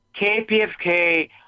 KPFK